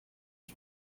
you